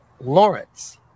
Lawrence